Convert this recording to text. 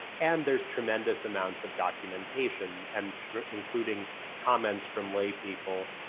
and there's tremendous amounts of documentation, and including comments from laypeople.